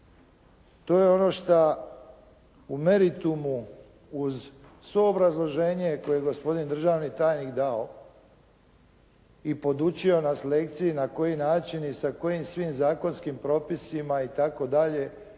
To je ono šta u meritumu uz svo obrazloženje koje je gospodin državni tajnik dao i podučio nas lekciji na koji način i sa kojim svim zakonskim propisima itd. je